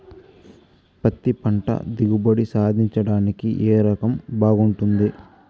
పత్తి పంట దిగుబడి సాధించడానికి ఏ రకం బాగుంటుంది?